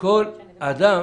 וכל אדם